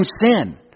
sin